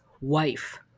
wife